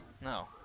No